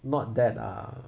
not that uh